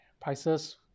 Prices